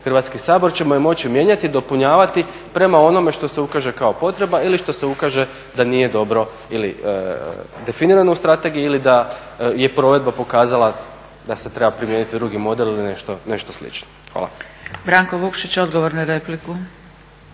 Hrvatski sabor ćemo je moći mijenjati, dopunjavati prema onome što se ukaže kao potreba ili što se ukaže da nije dobro ili definirano u strategiji ili da je provedba pokazala da se treba primijeniti drugi model ili nešto slično. Hvala. **Zgrebec, Dragica (SDP)** Branko Vukšić, odgovor na repliku.